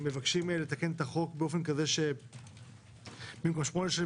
מבקשים לתקן את החוק באופן כזה שבמקום שמונה שנים,